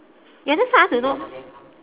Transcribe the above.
ya that's why I want to know